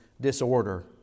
disorder